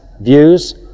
views